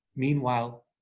meanwhile,